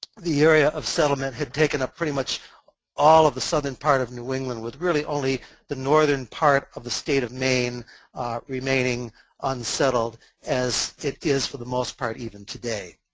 the area of settlement had taken up pretty much all of the southern part of new england with really only the northern part of the state of maine remaining unsettled as it is for the most part even today.